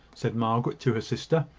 said margaret to her sister,